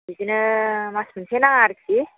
बिदिनो मास मोनसे नाङा आरोखि